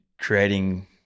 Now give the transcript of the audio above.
creating –